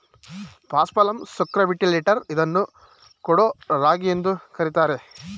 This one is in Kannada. ಪಾಸ್ಪಲಮ್ ಸ್ಕ್ರೋಬಿಕ್ಯುಲೇಟರ್ ಇದನ್ನು ಕೊಡೋ ರಾಗಿ ಎಂದು ಕರಿತಾರೆ